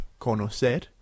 conocer